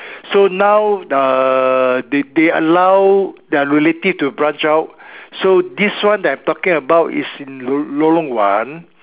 so now uh they they allow their relative to branch out so this one that I am talking about is in lorong one